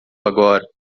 agora